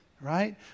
Right